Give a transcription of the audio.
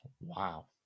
Wow